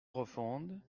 profonde